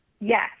Yes